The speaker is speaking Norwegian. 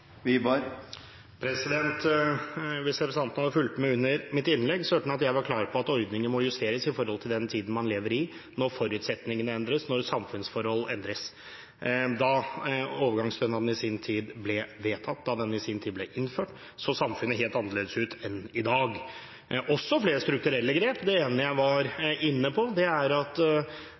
inntrykk? Hvis representanten hadde fulgt med under mitt innlegg, ville hun forstått at jeg var klar på at ordningen må justeres i forhold til den tiden man lever i når forutsetninger og samfunnsforhold endres. Da overgangsordningen i sin tid ble vedtatt og innført, så samfunnet helt annerledes ut enn i dag. Det er flere strukturelle grep. Det ene jeg var inne på, var bl.a. at